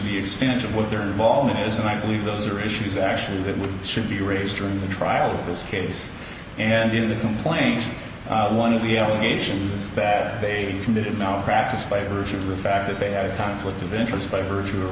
the extent of what their involvement is and i believe those are issues actually that should be raised during the trial this case and in the complaint one of the allegations is that they committed no practice by virtue of the fact that they had a conflict of interest by virtue of